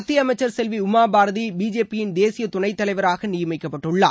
மத்திய அமைச்சர் செல்வி உமா பாரதி பிஜேபியின் தேசிய துணைத் தலைவராக நியமிக்கப்பட்டுள்ளார்